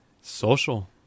social